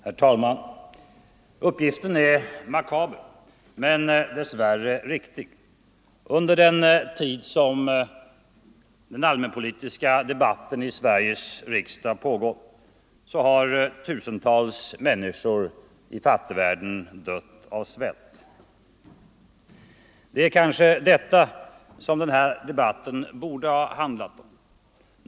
Herr talman! Uppgiften är makaber men dess värre riktig: Under den tid som den allmänpolitiska debatten i Sveriges riksdag pågått har tusentals människor i fattigvärlden dött av svält. Det är kanske detta som den här debatten borde ha handlat om.